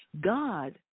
God